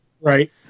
Right